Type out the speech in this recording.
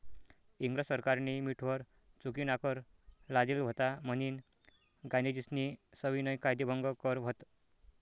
इंग्रज सरकारनी मीठवर चुकीनाकर लादेल व्हता म्हनीन गांधीजीस्नी सविनय कायदेभंग कर व्हत